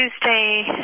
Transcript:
Tuesday